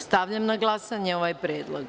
Stavljam na glasanje ovaj predlog.